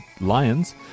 Lions